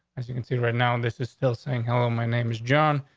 as you can see right now, and this is still saying hello. my name is john,